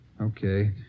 Okay